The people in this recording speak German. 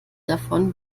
davon